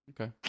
Okay